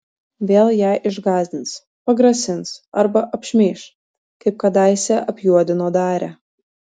vėl ją išgąsdins pagrasins arba apšmeiš kaip kadaise apjuodino darią